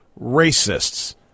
racists